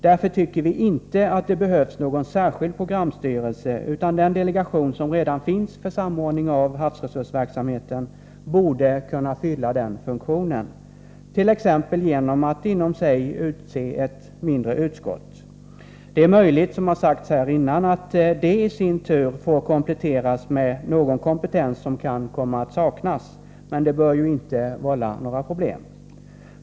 Därför tycker vi inte att det behövs någon särskild programstyrelse, utan den delegation som redan finns för samordning av havsresurseverksamheten borde kunna fylla den funktionen, t.ex. genom att inom sig utse ett mindre utskott. Det är möjligt, som sagts här tidigare, att det i sin tur får kompletteras med någon kompetens som kan komma att saknas, men det bör ju inte vålla några problem.